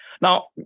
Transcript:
Now